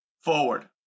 forward